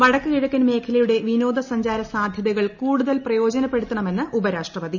വടക്ക് കിഴക്കൻ മേഖലയുടെ വിനോദസഞ്ചാര സാധൃതകൾ കൂടുതൽ പ്രയോജനപ്പെടുത്തണമെന്ന് ഉപരാഷ്ട്രപതി